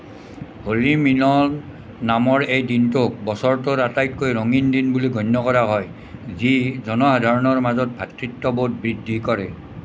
হোলি মিলন নামৰ এই দিনটোক বছৰটোৰ আটাইতকৈ ৰঙীন দিন বুলি গণ্য কৰা হয় যি জনসাধাৰণৰ মাজত ভাতৃত্ববোধ বৃদ্ধি কৰে